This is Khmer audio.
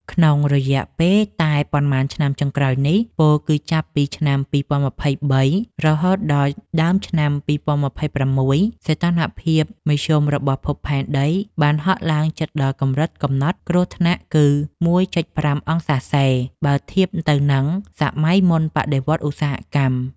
ក្នុងរយៈពេលតែប៉ុន្មានឆ្នាំចុងក្រោយនេះ ពោលគឺចាប់ពីឆ្នាំ ២០២៣ រហូតមកដល់ដើមឆ្នាំ ២០២៦ សីតុណ្ហភាពមធ្យមរបស់ផែនដីបានហក់ឡើងជិតដល់កម្រិតកំណត់គ្រោះថ្នាក់គឺ 1.5 អង្សារសេ បើធៀបទៅនឹងសម័យមុនបដិវត្តន៍ឧស្សាហកម្ម។